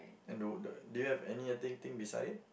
and the w~ do you have any other th~ thing beside it